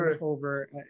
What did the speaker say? over